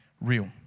real